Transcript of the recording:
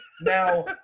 now